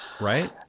right